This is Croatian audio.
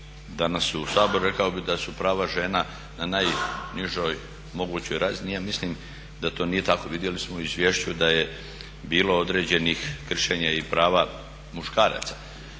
danas u Saboru rekao bi da su prava žena na najnižoj mogućoj razini. Ja mislim da to nije tako. Vidjeli smo u izvješću da je bilo određenih kršenja i prava muškaraca,